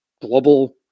global